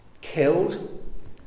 killed